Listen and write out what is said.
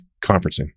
conferencing